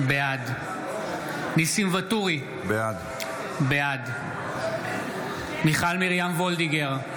בעד ניסים ואטורי, בעד מיכל מרים וולדיגר,